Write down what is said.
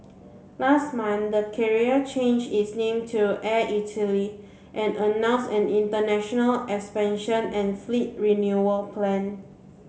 last month the carrier changed its name to Air Italy and announce an international expansion and fleet renewal plan